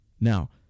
Now